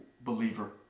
believer